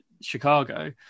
Chicago